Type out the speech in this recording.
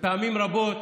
ופעמים רבות,